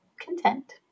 content